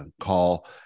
call